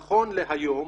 נכון להיום,